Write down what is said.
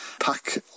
pack